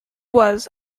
was